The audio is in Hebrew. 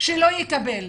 שלא יקבל.